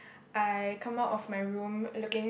I come out of my room looking